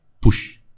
push